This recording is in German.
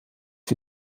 für